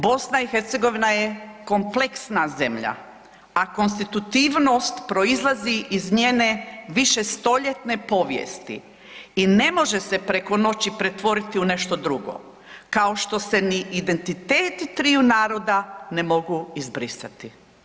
BiH je kompleksna zemlja, a konstitutivnost proizlazi iz njene višestoljetne povijesti i ne može se preko noći pretvoriti u nešto drugo kao što se ni identitet triju naroda ne mogu izbrisati.